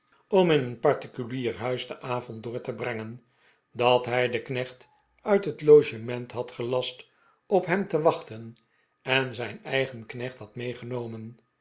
om in een particulier huis den avond door te brengen dat hij den knecht uit het logement had gelast op hem te wachten en zijn eigen knecht had meegenomen